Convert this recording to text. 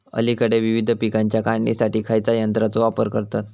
अलीकडे विविध पीकांच्या काढणीसाठी खयाच्या यंत्राचो वापर करतत?